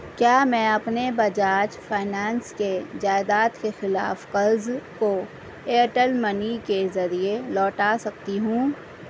کیا میں اپنے بجاج فائنانس کے جائیداد کے خلاف قرض کو ایرٹیل منی کے ذریعے لوٹا سکتی ہوں